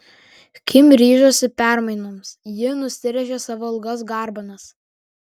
kim ryžosi permainoms ji nusirėžė savo ilgas garbanas